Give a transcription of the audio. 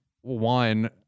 one